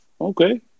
Okay